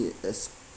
it as